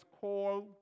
called